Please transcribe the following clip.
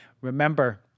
Remember